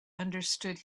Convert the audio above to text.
understood